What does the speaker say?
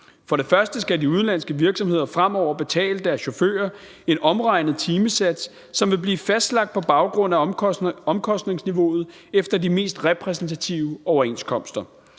For det første skal de udenlandske virksomheder fremover betale deres chauffører en omregnet timesats, som vil blive fastlagt på baggrund af omkostningsniveauet efter de mest repræsentative overenskomster.